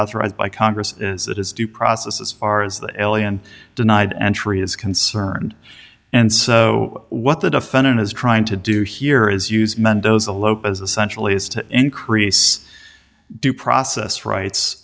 authorized by congress that is due process as far as the ilian denied entry is concerned and so what the defendant is trying to do here is use mendoza lope as essentially is to increase due process rights